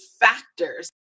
factors